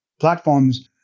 platforms